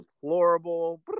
deplorable